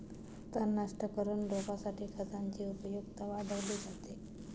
तण नष्ट करून रोपासाठी खतांची उपयुक्तता वाढवली जाते